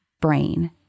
brain